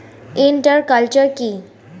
Inter culture কি?